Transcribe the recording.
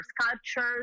sculptures